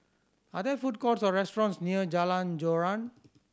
are there food courts or restaurants near Jalan Joran